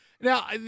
Now